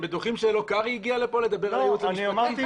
בטוחים שלא קרעי בא לכאן לדבר על הייעוץ המשפטי?